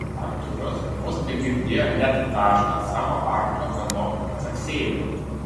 artūras vos begirdėjo net dažną savo arklio kanopų caksėjimą